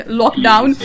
lockdown